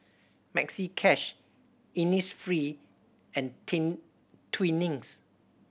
Maxi Cash Innisfree and King Twinings